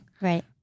Right